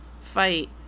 fight